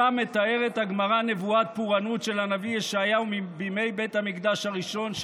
שם מתארת הגמרא נבואת פורענות של הנביא ישעיהו בימי בית המקדש הראשון,